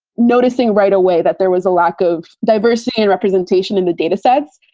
noticing right away that there was a lack of diversity and representation in the datasets.